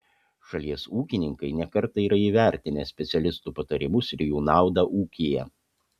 šalies ūkininkai ne kartą yra įvertinę specialistų patarimus ir jų naudą ūkyje